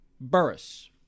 burris